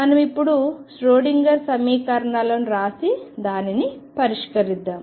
మనం ఇప్పుడు ష్రోడింగర్ సమీకరణాలను వ్రాసి దీనిని పరిష్కరిద్దాం